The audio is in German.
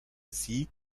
sieg